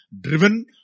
driven